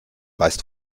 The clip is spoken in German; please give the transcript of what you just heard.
weißt